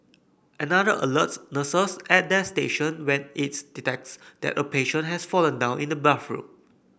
another alerts nurses at their station when it detects that a patient has fallen down in the bathroom